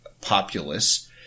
populace